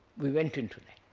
we went into that.